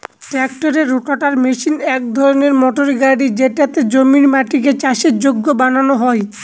ট্রাক্টরের rotavator machine এক ধরনের মোটর গাড়ি যেটাতে জমির মাটিকে চাষের যোগ্য বানানো হয়